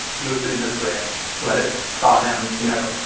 do it but it in the fridge. let it thaw down, you know,